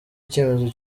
icyemezo